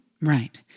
Right